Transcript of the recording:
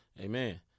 Amen